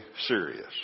serious